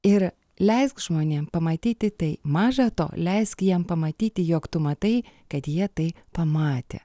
ir leisk žmonėm pamatyti tai maža to leisk jiem pamatyti jog tu matai kad jie tai pamatė